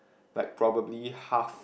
like probably half